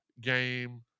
game